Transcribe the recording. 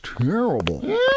terrible